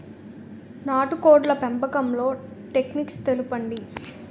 నాటుకోడ్ల పెంపకంలో టెక్నిక్స్ తెలుపండి?